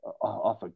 off